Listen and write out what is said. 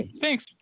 thanks